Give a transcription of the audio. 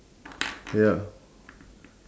ya